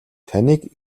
таныг